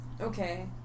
Okay